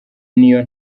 n’iyo